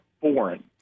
foreign